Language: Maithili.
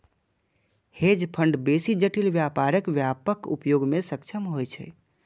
हेज फंड बेसी जटिल व्यापारक व्यापक उपयोग मे सक्षम होइ छै